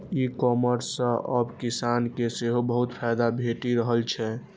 ई commerce सं आब किसान के सेहो बहुत फायदा भेटि रहल छै